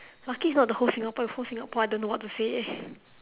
lucky it's not the whole singapore if whole singapore I don't know what to say eh